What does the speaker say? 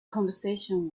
conversation